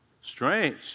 strange